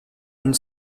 une